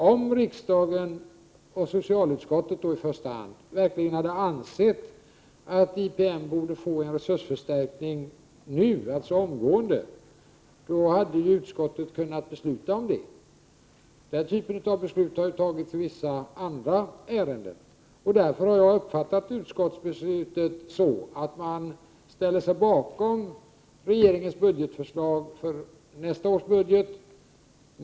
Om riksdagen, och då i första hand socialutskottet, verkligen hade ansett att IPM borde få en förstärkning av resurserna nu, omgående, då hade utskottet kunnat besluta om det. Den typen av beslut har tagits i vissa andra ärenden. Jag har uppfattat utskottsbeslutet så, att man ställer sig bakom regeringens förslag för nästa års budget.